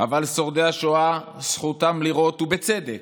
אבל שורדי השואה, זכותם לראות, ובצדק,